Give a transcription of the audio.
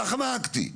כך נהגתי.